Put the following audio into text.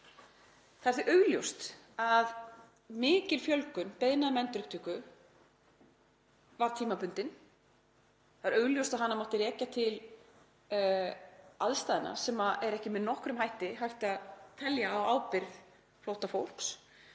Það er því augljóst að mikil fjölgun beiðna um endurupptöku var tímabundin. Það er augljóst að hana mátti rekja til aðstæðna sem ekki er með nokkrum hætti hægt að telja á ábyrgð flóttafólks